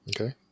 Okay